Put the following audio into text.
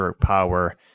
power